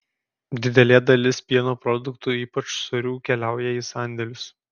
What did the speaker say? didelė dalis pieno produktų ypač sūrių keliauja į sandėlius